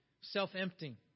Self-emptying